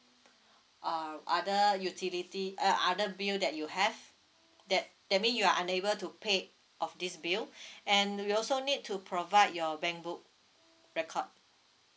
err other utility uh other bill that you have that that mean you are unable to pay off this bill and you also need to provide your bank book record